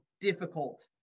difficult